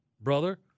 brother